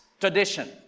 tradition